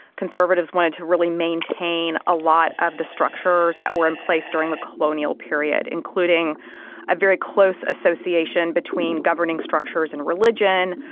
conservatives wanted to really maintain a lot of the structures that were in place during the colonial period, including a very close association between governing structures and religion,